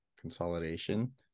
consolidation